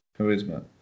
charisma